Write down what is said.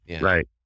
right